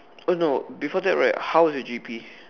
oh no before that right how was your G_P